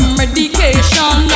medication